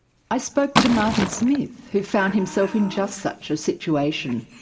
i spoke to martin smith who found himself in just such a situation.